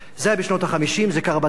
זה היה בשנות ה-50, זה קרה בדרום.